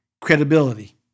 credibility